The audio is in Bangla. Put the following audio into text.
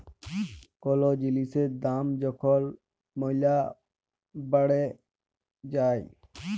কল জিলিসের দাম যখল ম্যালা বাইড়ে যায়